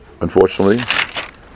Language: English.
unfortunately